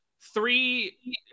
three